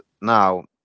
now